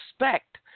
respect